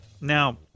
Now